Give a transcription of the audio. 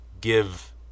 give